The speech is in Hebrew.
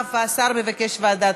(תיקון, הגבלות על סרבני גט במאסר כפייה),